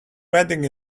wedding